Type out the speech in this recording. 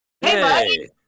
Hey